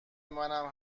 منم